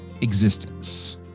existence